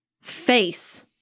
face